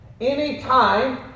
Anytime